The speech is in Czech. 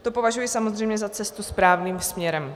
To považuji samozřejmě za cestu správným směrem.